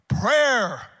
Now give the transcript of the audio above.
Prayer